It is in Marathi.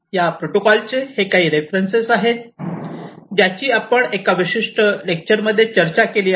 तर या प्रोटोकॉलचे हे काही रेफरन्सेस आहेत ज्याची आपण या विशिष्ट लेक्चर मध्ये चर्चा केली आहे